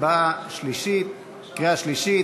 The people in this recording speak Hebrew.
על-תיכוניים (תיקון) הצבעה בקריאה שלישית.